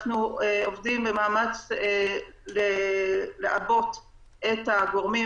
אנחנו עובדים במאמץ לעבות את הגורמים,